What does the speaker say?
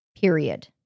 period